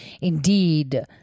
indeed